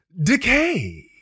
Decay